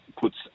puts